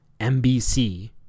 MBC